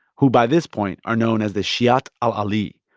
who by this point are known as the shiat al-ali,